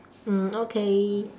mm okay